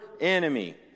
enemy